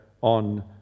on